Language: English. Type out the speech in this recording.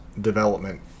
development